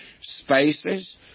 spaces